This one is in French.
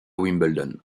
wimbledon